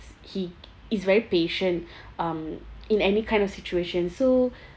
he is very patient um in any kind of situation so